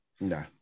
no